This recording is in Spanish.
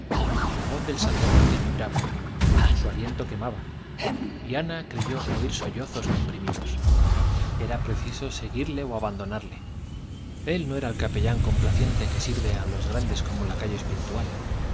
la voz del sacerdote vibraba su aliento quemaba y ana creyó oír sollozos comprimidos era preciso seguirle o abandonarle él no era el capellán complaciente que sirve a los grandes como lacayo espiritual